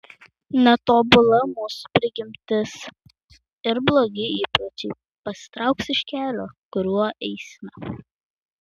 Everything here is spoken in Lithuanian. netobula mūsų prigimtis ir blogi įpročiai pasitrauks iš kelio kuriuo eisime